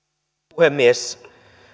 puhemies